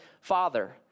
father